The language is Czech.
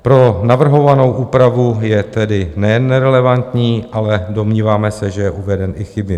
Pro navrhovanou úpravu je tedy nejen nerelevantní, ale domníváme se, že je uveden i chybně.